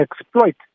exploit